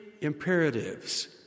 imperatives